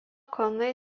kalnai